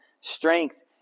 Strength